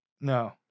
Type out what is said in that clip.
No